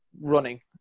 running